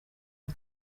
aho